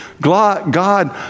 God